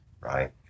Right